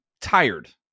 tired